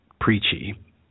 preachy